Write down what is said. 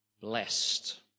Blessed